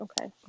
okay